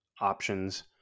options